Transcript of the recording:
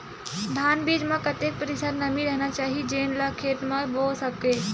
धान बीज म कतेक प्रतिशत नमी रहना चाही जेन ला खेत म बो सके?